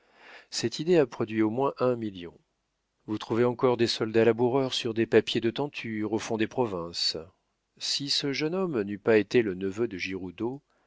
cette idée a produit au moins un million vous trouvez encore des soldats laboureurs sur des papiers de tenture au fond des provinces si ce jeune homme n'eût pas été le neveu de giroudeau